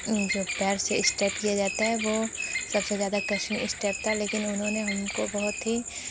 जो पैर से इस्टेप किया जाता है वो सबसे ज़्यादा कठिन स्टेप था लेकिन उन्होंने उनको बहुत ही